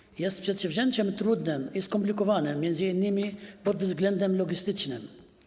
Pomoc ta jest przedsięwzięciem trudnym i skomplikowanym, m.in. pod względem logistycznym.